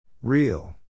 Real